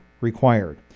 required